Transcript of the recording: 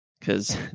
Cause